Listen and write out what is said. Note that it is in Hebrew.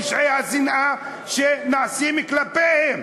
פשעי השנאה שנעשים כלפיהם.